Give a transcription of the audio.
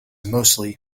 mostly